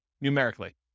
numerically